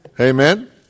Amen